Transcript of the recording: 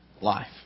life